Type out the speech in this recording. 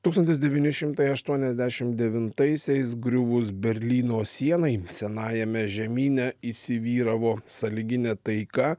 tūkstantis devyni šimtai aštuoniasdešimt devintaisiais griuvus berlyno sienai senajame žemyne įsivyravo sąlyginė taika